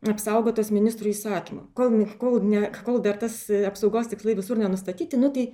apsaugotas ministro įsakymo kol ne kol ne kol dar tas apsaugos tikslai visur nenustatyti nu tai